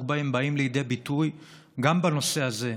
בהם באים לידי ביטוי גם בנושא הזה,